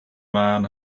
man